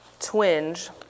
Twinge